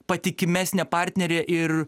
patikimesnę partnerę ir